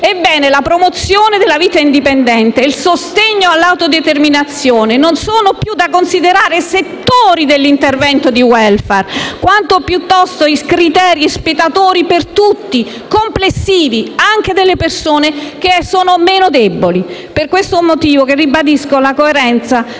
Ebbene, la promozione della vita indipendente e il sostegno all'autodeterminazione sono da considerare non più settori dell'intervento di *welfare*, quanto piuttosto criteri ispiratori complessivi per tutti, anche per le persone che sono meno deboli. Per questo motivo ribadisco la coerenza